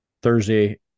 Thursday